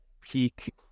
peak